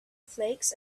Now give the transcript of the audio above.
flakes